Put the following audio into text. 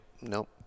Nope